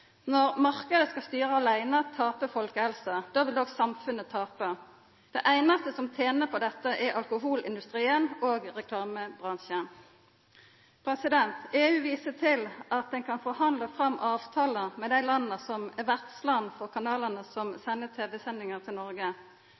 Når marknaden skal styra aleine, tapar folkehelsa. Då vil òg samfunnet tapa. Dei einaste som tener på dette, er alkoholindustrien og reklamebransjen. EU viser til at ein kan forhandla fram avtalar med dei landa som er vertsland for kanalane som sender tv-sendingar til Noreg.